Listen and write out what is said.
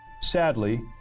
sadly